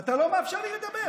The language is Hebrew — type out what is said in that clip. אתה לא נותן לי לדבר.